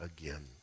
again